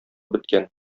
беткән